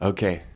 Okay